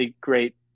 great